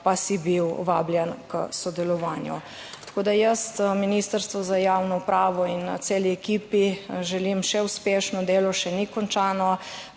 pa si bil vabljen k sodelovanju. Tako, da jaz Ministrstvu za javno upravo in celi ekipi želim še uspešno delo, še ni končano,